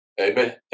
Amen